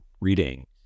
reading